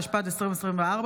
התשפ"ד 2024,